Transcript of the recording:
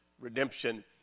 redemption